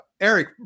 Eric